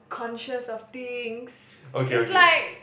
conscious of things it's like